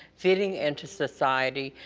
fitting into society,